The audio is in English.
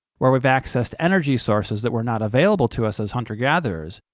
where we've accessed energy sources that were not available to us as hunter-gatherers,